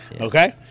okay